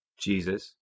Jesus